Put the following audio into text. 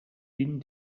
din